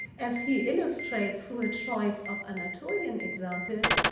as he illustrates through a choice of anatolian examples,